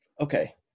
Okay